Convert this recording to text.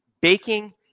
baking